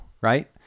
right